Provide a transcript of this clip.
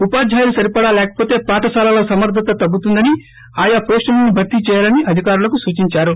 ఉపాధ్యయులు సరిపడా లేకపోతే పాఠశాలల సమర్దత తగ్గుతుందని ఆయా పోస్టులను భర్తీ చేయాలని అధికారులకు సూచిందారు